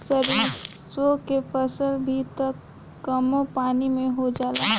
सरिसो के फसल भी त कमो पानी में हो जाला